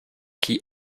qui